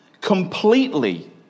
completely